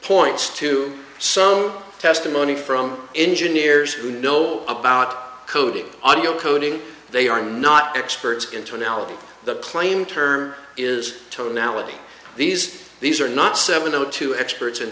points to some testimony from engineers who know about coding audio coding they are not experts in tonality the claim term is tonality these these are not seven o two experts in